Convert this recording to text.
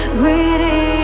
greedy